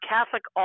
Catholic